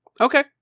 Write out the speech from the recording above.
Okay